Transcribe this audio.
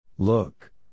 Look